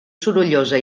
sorollosa